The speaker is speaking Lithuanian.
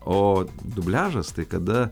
o dubliažas tai kada